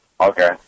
Okay